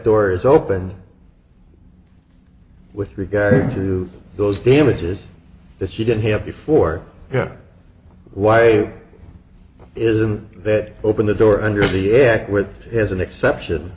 door is open with regard to those damages that she didn't have before him why isn't that open the door under the act which is an exception